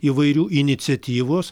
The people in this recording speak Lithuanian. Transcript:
įvairių iniciatyvos